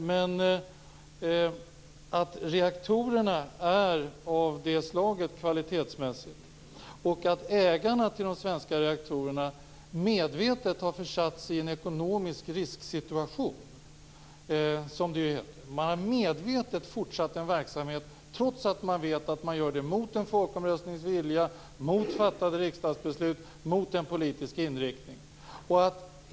Reaktorerna är dock kvalitetsmässigt av ett visst slag, och ägarna till de svenska reaktorerna har medvetet försatt sig i en ekonomisk risksituation. De har medvetet fortsatt en verksamhet, trots att de vet att de gör det mot en folkomröstnings vilja, mot fattade riksdagsbeslut och mot den politiska inriktningen.